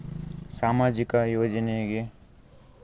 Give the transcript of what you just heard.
ಸಾಮಾಜಿಕ ಯೋಜನೆ ಪಡಿಲಿಕ್ಕ ಅರ್ಹತಿ ಎನದ?